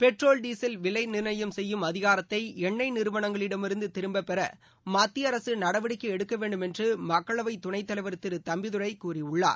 petrol diesel விலை நிர்ணயம் செய்யும் அதிகாரத்தை எண்ணெய் நிறுவனங்களிடமிருந்து திரும்பப்பெற மத்திய அரசு நடவடிக்கை எடுக்க வேண்டும் என்று மக்களவை துணைத் தலைவர் திரு தம்பிதுரை கூறியுள்ளார்